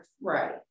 Right